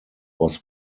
was